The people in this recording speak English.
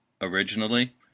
originally